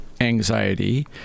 anxiety